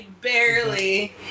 barely